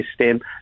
system